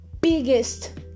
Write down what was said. Biggest